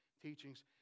teachings